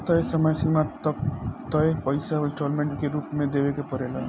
तय समय सीमा तक तय पइसा इंस्टॉलमेंट के रूप में देवे के पड़ेला